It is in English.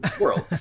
world